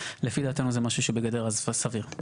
לפי דעתנו זה משהו שבגדר הסביר.